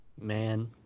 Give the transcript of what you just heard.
Man